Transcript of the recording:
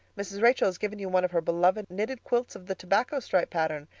mrs. rachel has given you one of her beloved knitted quilts of the tobacco stripe pattern,